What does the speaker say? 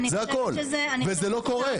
זה לא קורה.